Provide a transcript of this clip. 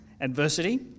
adversity